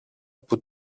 που